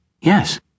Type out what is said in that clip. Yes